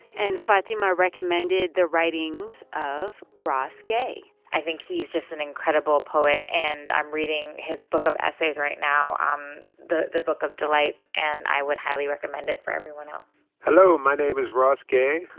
and fatima recommended the writings of ross gay i think he's just an incredible poet. and i'm reading his book of essays right now, um the the book of delights, and i would highly recommend it for everyone else hello, my name is ross gay,